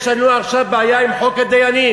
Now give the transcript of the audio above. יש לנו עכשיו בעיה עם חוק הדיינים.